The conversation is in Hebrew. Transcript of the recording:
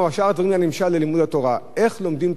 נמשל ללימוד התורה: איך לומדים תורה,